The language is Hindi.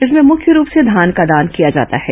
इसमें मुख्य रूप से धान का दान किया जाता है